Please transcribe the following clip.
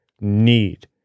need